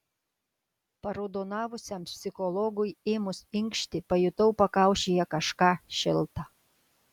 paraudonavusiam psichologui ėmus inkšti pajutau pakaušyje kažką šilta